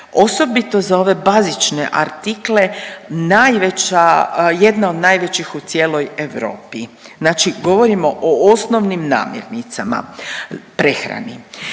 osobito za ove bazične artikle najveća, jedna od najvećih u cijeloj Europi. Znači govorimo o osnovnim namirnicama, prehrani.